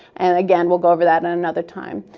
and again, we'll go over that at another time.